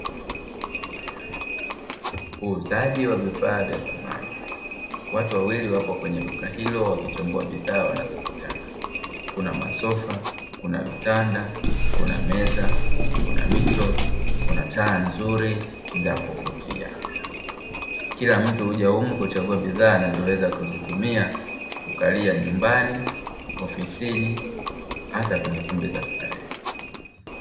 Uuzaji wa vifaa vya samani , watu wawili wapo kwenye duka hilo wakichambua bidhaa wanazozitaka ,kuna masofa, kuna vitanda, kuna meza, kuna mito, kuna taa nzuri za kuvutia , kila mtu huja humu kuchagua bidhaa anazoweza kuzitumia kukalia nyumbani, ofisini hata kwenye kumbi za starehe.